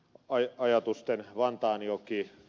tämä ajatusten vantaanjoki ed